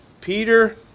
Peter